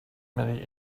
many